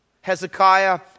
Hezekiah